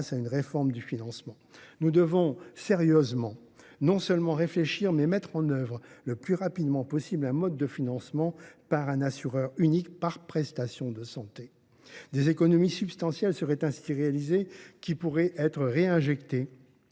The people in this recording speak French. à une réforme du financement. Nous devons non seulement réfléchir sérieusement, mais aussi mettre en œuvre le plus rapidement possible un mode de financement par un assureur unique par prestation de santé. Des économies substantielles seraient ainsi réalisées, qui pourraient être réinjectées